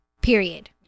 period